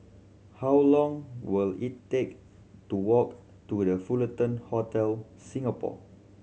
how long will it take to walk to The Fullerton Hotel Singapore